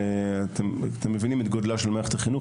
אתם מבינים את גודלה של מערכת החינוך